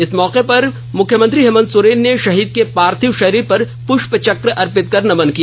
इस मौके पर मुख्यमंत्री हेमन्त सोरेन ने शहीद के पार्थिव शरीर पर पुष्प चक्र अर्पित कर नमन किया